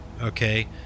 okay